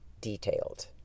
detailed